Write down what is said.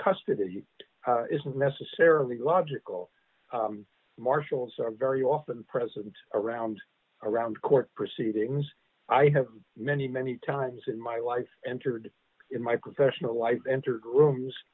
custody isn't necessarily logical marshals are very often present around around court proceedings i have many many times in my life entered in my professional life entered rooms